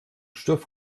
stoff